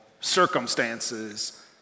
circumstances